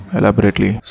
elaborately